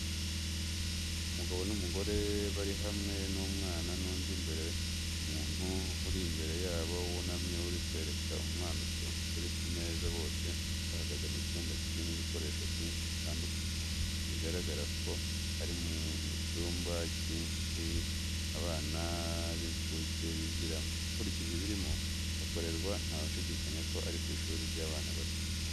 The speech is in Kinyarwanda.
Umugabo n'umugore barihamwe numwana nundi imbere muntu uri imbere yabo wunamye urimo kwereka umwana utuntu turi kumeza bose bahagaze mucyumba kirimo ibikoresho byinshi bitandukanye bigaragara ko arimucyumba kishiri abana binxuke bigiramo . ukurikije ibirimo kuhakorerwa ntawashidikanya ko arikwishuri ryabana bato.